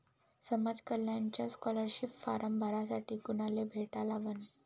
समाज कल्याणचा scholarship form भरासाठी कुनाले भेटा लागन?